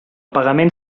pagament